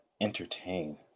Entertain